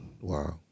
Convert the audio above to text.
Wow